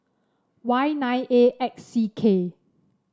Y nine A X C K